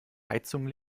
heizung